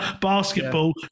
basketball